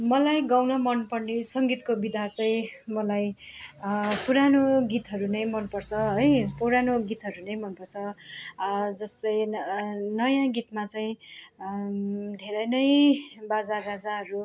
मलाई गाउन मनपर्ने सङ्गीतको विधा चाहिँ मलाई पुरानो गीतहरू नै मनपर्छ है पुरानो गीतहरू नै मनपर्छ जस्तै नयाँ गीतमा चाहिँ धेरै नै बाजागाजाहरू